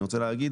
אני רוצה להגיד